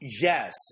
Yes